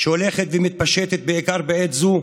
שהולכת ומתפשטת בעיקר בעת זו,